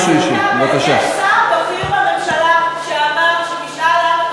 יש שר בכיר בממשלה שאמר שמשאל עם,